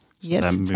yes